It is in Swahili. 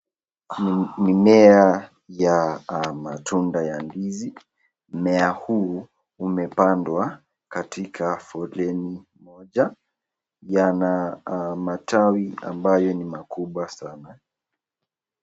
Mimmea ya matunda ya ndizi. Mimmea huu umepandwa katika foleni moja. Yana matawi ambayo ni makubwa sana.